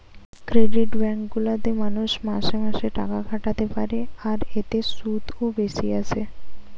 credit bank গুলা তে মানুষ মাসে মাসে টাকা খাটাতে পারে আর এতে শুধও বেশি আসে